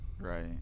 Right